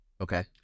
Okay